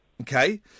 Okay